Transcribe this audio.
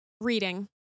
Reading